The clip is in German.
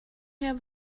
her